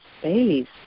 space